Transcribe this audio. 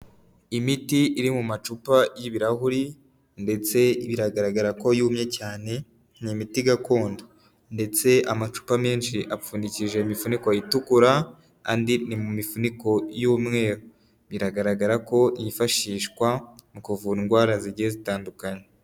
Imiti iri mu macupa y'ibirahuri ndetse biragaragara ko yumye cyane, ni imiti gakondo, ndetse amacupa menshi apfundikije imifuniko itukura, andi ni mu mifuniko y'umweru, biragaragara ko yifashishwa mu kuvura indwara zigiye zitandukana.